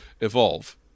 evolve